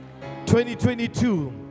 2022